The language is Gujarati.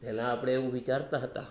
પહેલાં આપણે એવું વિચારતા હતા